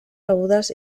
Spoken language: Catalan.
rebudes